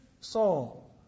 Saul